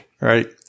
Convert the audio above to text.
right